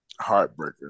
Heartbreaker